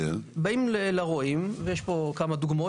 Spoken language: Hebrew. באנו לרועים ויש פה כמה דוגמאות